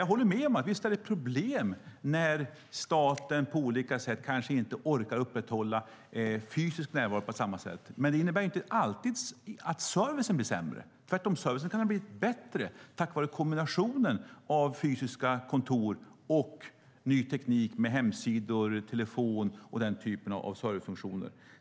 Jag håller dock med; visst är det ett problem när staten på olika sätt kanske inte orkar upprätthålla en fysisk närvaro på samma sätt. Men det innebär inte alltid att servicen blir sämre, utan servicen kan ha blivit bättre tack vare kombinationen av fysiska kontor och ny teknik med hemsidor, telefon och den typen av servicefunktioner.